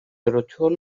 yaratıyor